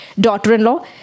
daughter-in-law